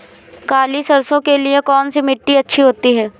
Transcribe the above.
काली सरसो के लिए कौन सी मिट्टी अच्छी होती है?